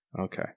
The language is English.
Okay